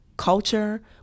Culture